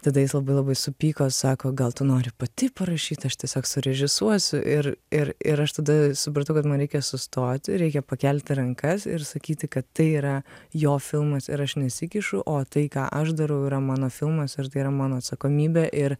tada jis labai labai supyko sako gal tu nori pati parašyt aš tiesiog surežisuosiu ir ir ir aš tada supratau kad man reikia sustoti reikia pakelti rankas ir sakyti kad tai yra jo filmas ir aš nesikišu o tai ką aš darau yra mano filmas ir tai yra mano atsakomybė ir